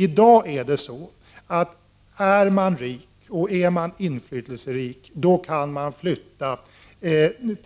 I dag kan den som är rik och inflytelserik flytta